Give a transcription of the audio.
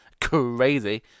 crazy